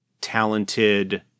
talented